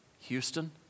Houston